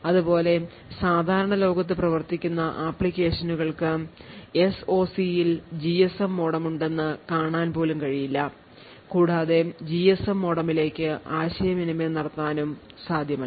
അതുപോലെ സാധാരണ ലോകത്ത് പ്രവർത്തിക്കുന്ന ആപ്ലിക്കേഷനുകൾക്ക് എസ്ഒസിയിൽ ജിഎസ്എം മോഡം ഉണ്ടെന്ന് കാണാൻ പോലും കഴിയില്ല കൂടാതെ ജിഎസ്എം മോഡമിലേക്ക് ആശയവിനിമയം നടത്താനും സാധ്യമല്ല